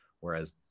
Whereas